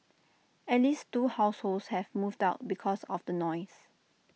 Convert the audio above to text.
at least two households have moved out because of the noise